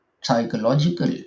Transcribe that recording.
psychological